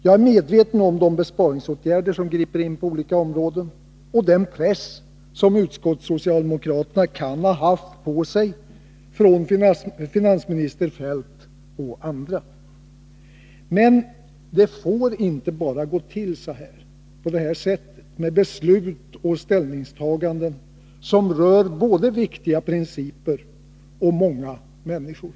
Jag är medveten om de besparingsåtgärder som griper in på olika områden och den press som socialdemokraterna i utskottet kan ha känt från finansminister Feldts och andras sida. Men det får bara inte gå till på det här sättet — med beslut och ställningstaganden, som rör både viktiga principer och många människor.